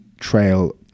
trail